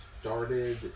started